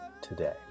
today